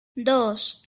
dos